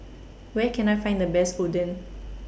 Where Can I Find The Best Oden